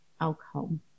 alcohol